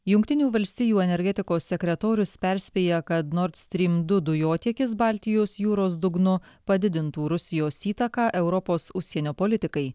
jungtinių valstijų energetikos sekretorius perspėja kad nord strym du dujotiekis baltijos jūros dugnu padidintų rusijos įtaką europos užsienio politikai